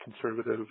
conservative